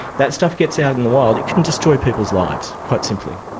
that stuff gets out in the wild, it could destroy people's lives, quite simply.